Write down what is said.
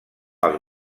els